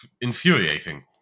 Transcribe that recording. infuriating